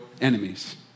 enemies